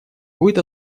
будет